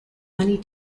many